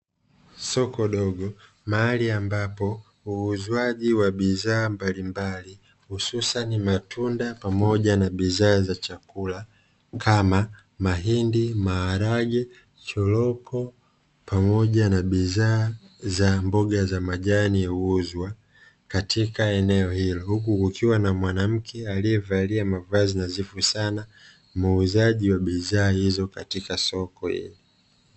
Soko dogo mahali ambapo uuzwaji wa bidhaa mbalimbali hususani matunda pamoja na bidhaa za chakula kama mahindi, maharage, choroko pamoja na bidhaa za mboga ya majani huuzwa katika eneo hilo, huku kukiwa na mwanamke aliyevalia mavazi nadhifu sana muuzaji wa bidhaa hizo katika soko.